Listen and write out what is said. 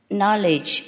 knowledge